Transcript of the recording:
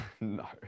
no